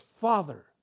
Father